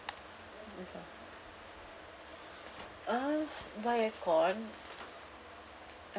uh buy aircon